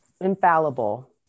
infallible